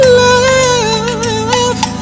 love